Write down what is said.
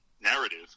narrative